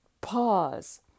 pause